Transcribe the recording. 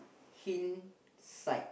hind sight